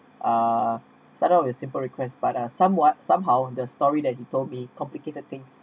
uh started with a simple request but are somewhat somehow the story that he told me complicated things